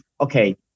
okay